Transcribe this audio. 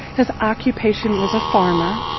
his occupation was a farmer.